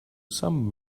some